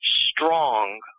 strong